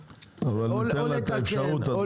אבל ניתן לה את האפשרות ללמוד את זה.